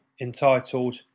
entitled